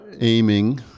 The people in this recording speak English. aiming